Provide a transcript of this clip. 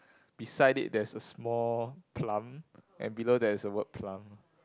beside it there's a small plum and below there is the word plum